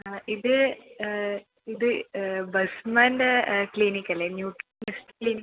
ആ ഇത് ഇത് ബസ്മൻ്റെ ക്ലിനിക് അല്ലേ ന്യൂ ക്ലിനിക്